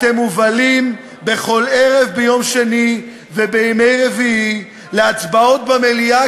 אתם מובלים בכל ערב יום שני ובימי רביעי להצבעות במליאה,